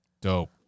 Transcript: dope